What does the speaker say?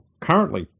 Currently